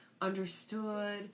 understood